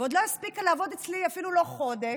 ועוד לא הספיקה לעבוד אצלי אפילו חודש.